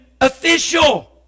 official